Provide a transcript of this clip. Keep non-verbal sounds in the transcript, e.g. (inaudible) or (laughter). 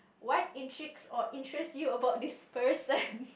what intrigues or interest you about this person (laughs)